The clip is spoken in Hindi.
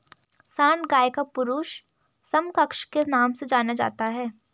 सांड गाय का पुरुष समकक्ष के नाम से जाना जाता है